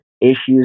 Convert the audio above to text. issues